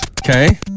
Okay